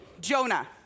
Jonah